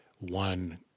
one